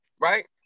Right